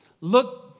look